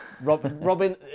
Robin